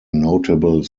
notable